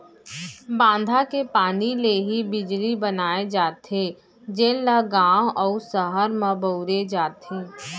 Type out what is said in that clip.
बांधा के पानी ले ही बिजली बनाए जाथे जेन ल गाँव अउ सहर म बउरे जाथे